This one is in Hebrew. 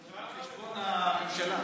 אדוני.